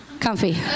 Comfy